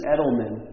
Edelman